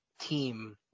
team